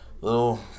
Little